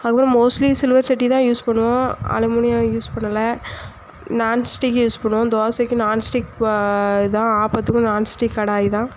அதுக்கப்புறம் mostly silver சட்டி தான் யூஸ் பண்ணுவோம் அலுமினியம் யூஸ் பண்ணலை நான்ஸ்டிக்கு யூஸ் பண்ணுவோம் தோசைக்கு நான்ஸ்டிக் ப இதான் ஆப்பதுக்கும் நான்ஸ்டிக் கடாய் தான்